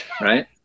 right